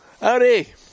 Howdy